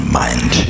mind